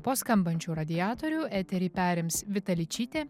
po skambančių radiatorių eterį perims vita ličytė